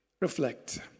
Reflect